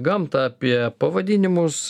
gamtą apie pavadinimus